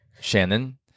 Shannon